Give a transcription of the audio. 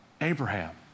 Abraham